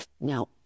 Now